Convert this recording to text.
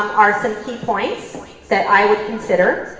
are some key points that i would consider.